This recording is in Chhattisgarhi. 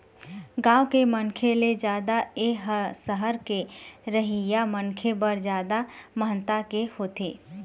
गाँव के मनखे ले जादा ए ह सहर के रहइया मनखे बर जादा महत्ता के होथे